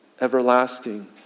everlasting